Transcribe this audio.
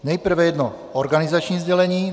Nejprve jedno organizační sdělení.